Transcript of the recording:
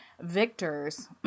victors